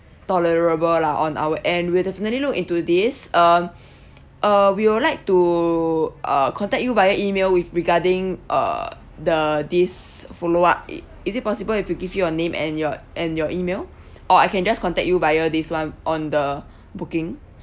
tolerable lah on our end we'll definitely look into this um uh we will like to uh contact you via email with regarding uh the this follow up it is it possible if you give your name and your and your email or I can just contact you via this one on the booking